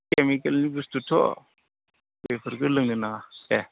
केमिकेलनि बुस्तुथ' बेफोरखौ लोंनो नाङा देह